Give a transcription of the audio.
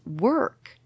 work